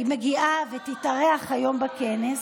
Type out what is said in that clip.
והיא מגיעה ותתארח היום בכנס.